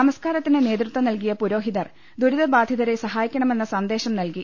നമസ്കാരത്തിന് നേതൃത്വം നൽകിയ പുരോഹിതർ ദുരിതബാധിതരെ സഹായിക്കണമെന്ന സന്ദേശം നൽകി